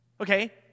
Okay